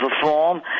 perform